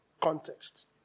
context